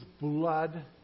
blood